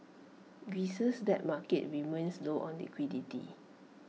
Greece's debt market remains low on liquidity